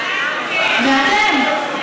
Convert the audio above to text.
זה אתם.